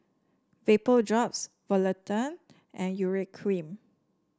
Vapodrops Polident and Urea Cream